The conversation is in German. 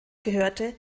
gehörte